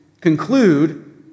conclude